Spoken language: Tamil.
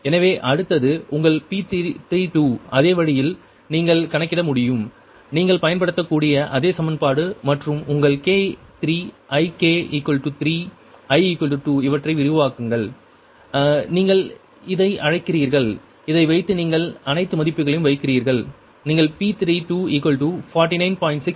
எனவே அடுத்தது உங்கள் P32 அதே வழியில் நீங்கள் கணக்கிட முடியும் நீங்கள் பயன்படுத்தக்கூடிய அதே சமன்பாடு மற்றும் உங்கள் k 3 ik 3 i 2 இவற்றை விரிவாக்குங்கள் நீங்கள் இதை அழைக்கிறீர்கள் இதை வைத்து நீங்கள் அனைத்து மதிப்புகளையும் வைக்கிறீர்கள் நீங்கள் P32 49